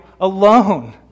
alone